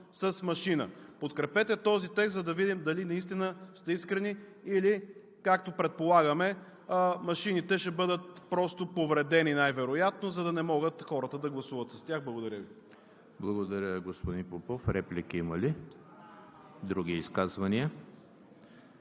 с машина. Подкрепете този текст, за да видим дали наистина сте искрени, или – както предполагаме, машините ще бъдат просто повредени най-вероятно, за да не могат хората да гласуват с тях. Благодаря Ви. ПРЕДСЕДАТЕЛ ЕМИЛ ХРИСТОВ: Благодаря, господин Попов. Реплики има ли? Няма. Други изказвания?